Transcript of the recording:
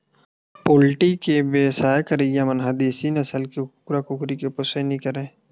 poultry के बेवसाय करइया मन ह देसी नसल के कुकरा, कुकरी के पोसइ नइ करय